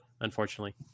unfortunately